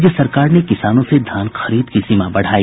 राज्य सरकार ने किसानों से धान खरीद की सीमा बढ़ाई